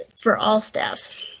for all staff.